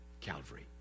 Calvary